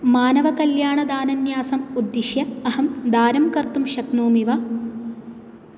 मानवकल्याणदानन्यासम् उद्दिश्य अहं दानं कर्तुं शक्नोमि वा